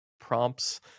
prompts